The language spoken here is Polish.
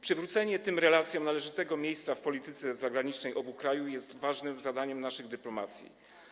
Przywrócenie tym relacjom należytego miejsca w polityce zagranicznej obu krajów jest ważnym zadaniem naszych dyplomacji.